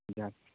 ᱡᱚᱦᱟᱨ